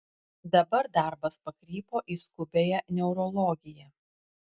dabar darbas pakrypo į skubiąją neurologiją